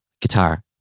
Guitar